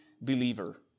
believer